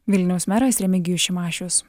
vilniaus meras remigijus šimašius